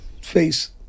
face